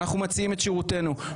אנחנו מציעים את שירותנו.